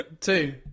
two